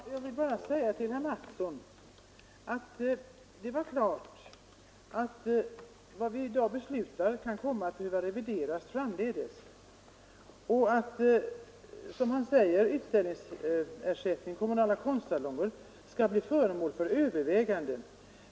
Herr talman! Det är klart, herr Mattsson i Lane-Herrestad, att vad vi i dag beslutar kan behöva revideras framdeles. Herr Mattsson säger att frågan om utställningsersättning och kommunala konstsalonger skall bli föremål för överväganden.